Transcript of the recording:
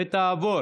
ותעבור